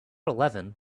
eleven